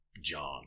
John